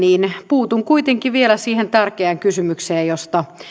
puutun kuitenkin vielä siihen tärkeään kysymykseen josta